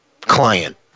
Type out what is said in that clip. client